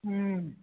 ह्म्म